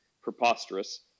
preposterous